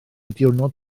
diwrnod